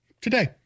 today